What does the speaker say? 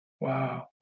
Wow